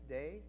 day